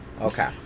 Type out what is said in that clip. Okay